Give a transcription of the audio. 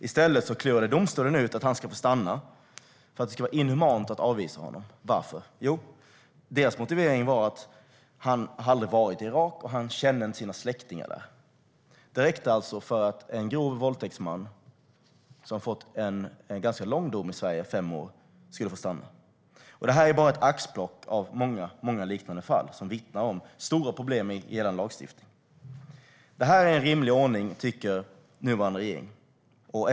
I stället klurade domstolen ut att han ska få stanna eftersom det skulle vara inhumant att utvisa honom. Varför? Motiveringen var att han aldrig hade varit i Irak och att han inte känner sina släktingar där. Det räckte alltså för att en man som har blivit dömd för grov våldtäkt och fått ett ganska långt fängelsestraff i Sverige - fem år - skulle få stanna. Detta är bara ett axplock av många liknande fall som vittnar om stora problem i gällande lagstiftning. Nuvarande regering tycker att detta är en rimlig ordning.